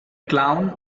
clown